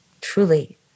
Truly